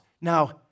now